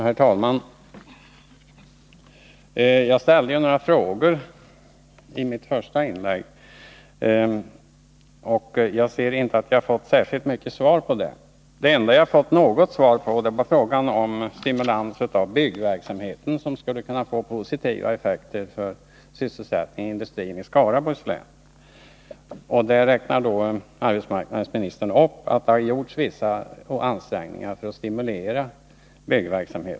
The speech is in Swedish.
Herr talman! Jag ställde ju några frågor i mitt första inlägg. Jag anser inte att jag har fått särskilt mycket svar på dem. Det enda jag har fått något svar på var frågan om stimulans av byggverksamheten, som skulle kunna få positiva effekter för sysselsättningen i industrin i Skaraborgs län. Arbetsmarknadsministern räknade upp vissa ansträngningar som har gjorts för att stimulera byggverksamheten.